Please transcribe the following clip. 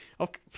Okay